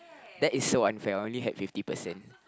that is so unfair I only had fifty percent